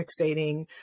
fixating